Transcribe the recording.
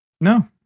no